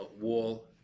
wall